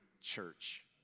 church